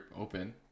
open